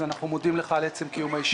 אז אנחנו מודים לך על עצם קיום הישיבה.